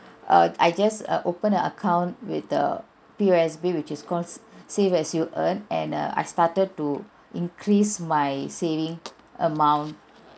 err I just err opened an account with the P_O_S_B which is called save as you earn and err I started to increase my saving amount